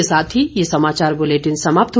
इसी के साथ ये समाचार बुलेटिन समाप्त हुआ